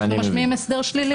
אנחנו יוצרים הסדר שלילי.